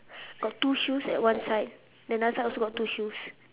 got two shoes at one side then the other side also got two shoes